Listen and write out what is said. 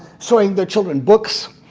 showing their children books.